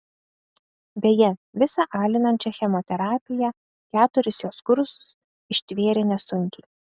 beje visą alinančią chemoterapiją keturis jos kursus ištvėrė nesunkiai